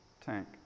tank